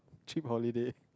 cheap holiday